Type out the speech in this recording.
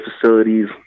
facilities